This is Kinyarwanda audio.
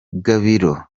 gabiro